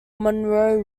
monroe